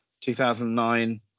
2009